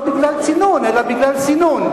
הייתי מסנן אותם לא בגלל צינון אלא בגלל סינון,